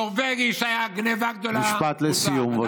נורבגי, שהיה גנבה גדולה, משפט לסיום.